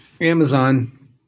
Amazon